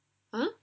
!huh!